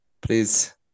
please